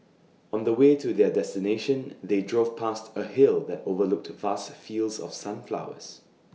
on the way to their destination they drove past A hill that overlooked vast fields of sunflowers